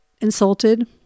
insulted